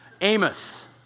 Amos